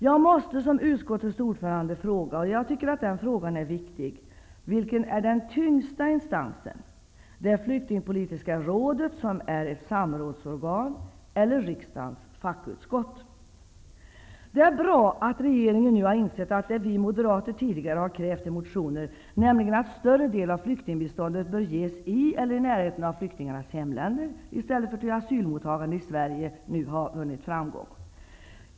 Jag måste som utskottets ordförande fråga, och jag tycker att den frågan är viktig: Vilken är den tyngsta instansen? Är det det Flyktingpolitiska rådet, som är ett samrådsorgan, eller riksdagens fackutskott? Det är bra att regeringen nu har insett det vi moderater tidigare krävt i motioner, nämligen att en större del av flyktingbiståndet bör ges i eller i närheten av flyktingarnas hemländer, i stället för till asylmottagande i Sverige.